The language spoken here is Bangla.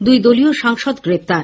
দুই দলীয় সাংসদ গ্রেপ্তার